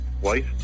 White